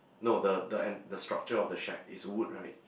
no the the en~ the structure of the shack is wood right